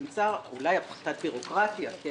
- אולי הפחתת בירוקרטיה - כי